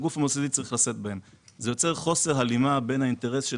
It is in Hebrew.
זה יוצר חוסר הלימה בין האינטרס של